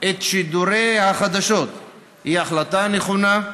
את שידורי החדשות היא החלטה נכונה.